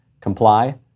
comply